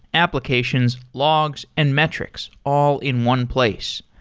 applications, logs and metrics all in one place.